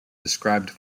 describe